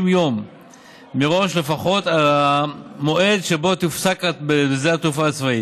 יום מראש על המועד שבו תופסק הפעילות בשדה התעופה הצבאי.